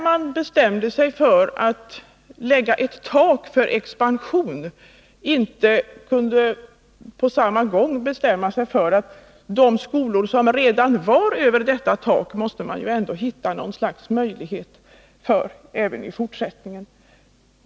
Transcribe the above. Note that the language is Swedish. Man bestämde sig för att lägga ett tak för expansionen, men man kunde inte på samma gång bestämma sig för att ge fortsatta möjligheter för de skolor som redan nått över detta tak.